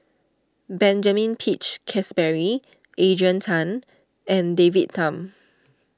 Benjamin Peach Keasberry Adrian Tan and David Tham